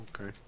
okay